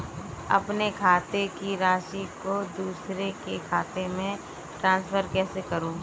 अपने खाते की राशि को दूसरे के खाते में ट्रांसफर कैसे करूँ?